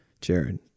Jared